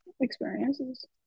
experiences